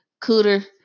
cooter